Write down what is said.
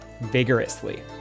vigorously